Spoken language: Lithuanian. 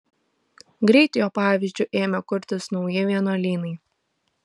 greit jo pavyzdžiu ėmė kurtis nauji vienuolynai